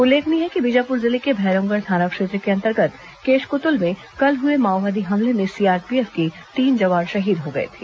उल्लेखनीय है कि बीजापुर जिले के भैरमगढ़ थाना क्षेत्र के अंतर्गत केशकृतुल में कल हुए माओवादी हमले में सीआरपीएफ के तीन जवान शहीद हो गए थे